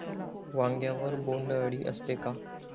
वांग्यावर बोंडअळी असते का?